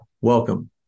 welcome